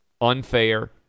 unfair